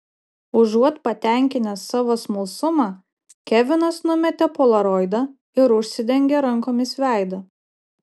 užuot patenkinęs savo smalsumą kevinas numetė polaroidą ir užsidengė rankomis veidą